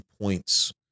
points